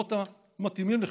באולמות המתאימים לכך.